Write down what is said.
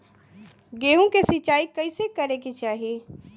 गेहूँ के सिंचाई कइसे करे के चाही?